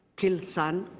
killed son